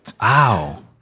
Wow